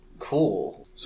Cool